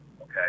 okay